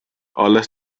alles